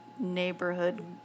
Neighborhood